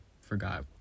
forgot